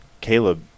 Caleb